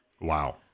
wow